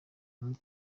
muri